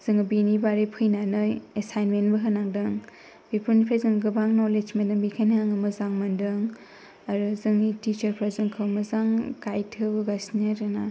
जोङो बिनि बारै फैनानै एसाइन्टमेन्टबो होनांदों बेफोरनिफ्राय जों गोबां नलेज मोन्दों बेखायनो आङो मोजां मोन्दों आरो जोंनि टिसार्सफोरा जोंखौ मोजां गाइद होबोगासिनो आरोना